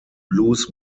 blues